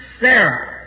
Sarah